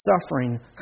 suffering